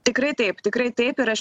tikrai taip tikrai taip ir aš